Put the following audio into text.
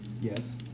Yes